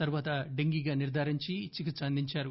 తరువాత డెంగీగా నిర్గారించి చికిత్స అందించారు